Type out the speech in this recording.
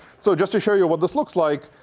so just to show you what this looks like,